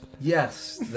Yes